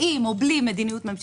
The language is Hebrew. עם או בלי מדיניות ממשלתית,